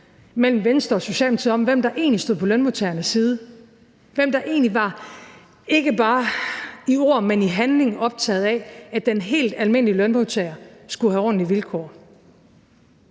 mellem Venstre og Socialdemokratiet om, hvem der egentlig stod på lønmodtagernes side, hvem der egentlig var, ikke bare i ord, men i handling, optaget af, at den helt almindelige lønmodtager skulle have ordentlige vilkår.